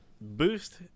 boost